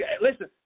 Listen